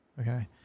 Okay